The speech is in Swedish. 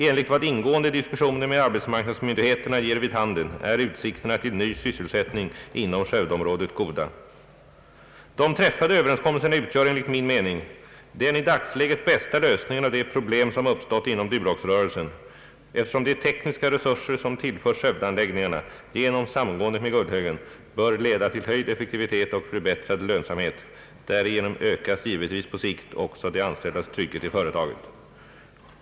Enligt vad ingående diskussioner med arbetsmarknadsmyndigheterna ger vid handen är utsikterna till ny sysselsättning inom skövdeområdet goda. De träffade överenskommelserna utgör, enligt min mening, den i dagsläget bästa lösningen av de problem som uppstått inom Duroxrörelsen, eftersom de tekniska resurser som tillförs skövdeanläggningarna genom samgåendet med Gullhögen bör leda till höjd effektivitet och förbättrad lönsamhet. Därigenom ökas givetvis på längre sikt också de anställdas trygghet i företaget.